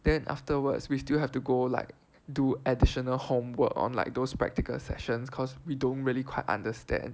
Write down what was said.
then afterwards we still have to go like do additional homework on like those practical sessions cause we don't really quite understand